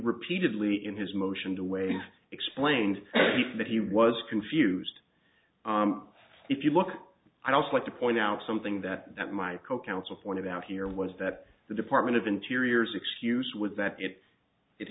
repeatedly in his motion to waive explained that he was confused if you look i'd also like to point out something that that my co counsel pointed out here was that the department of interior is excuse was that it it